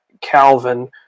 calvin